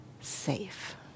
safe